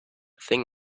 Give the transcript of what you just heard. thing